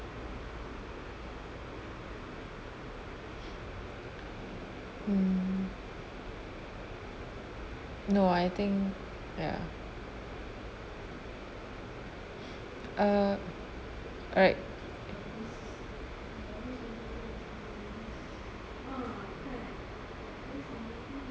mm no I think ya uh alright